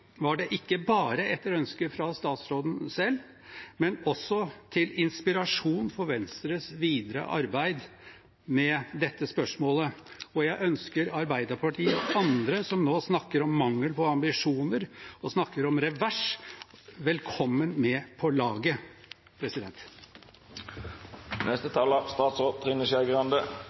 bare etter ønske fra statsråden selv, men også til inspirasjon for Venstres videre arbeid med dette spørsmålet, og jeg ønsker Arbeiderpartiet og andre som nå snakker om mangel på ambisjoner og om «revers», velkommen med på laget!